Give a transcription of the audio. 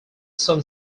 sun